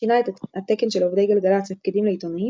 שינה את התקן של עובדי גלגלצ מפקידים לעיתונאים